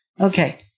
Okay